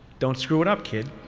don't screw it up, kid.